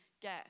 get